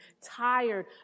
tired